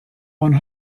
one